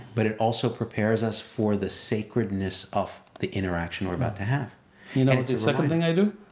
but it also prepares us for the sacredness of the interaction we're about to have you know second thing i do?